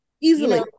easily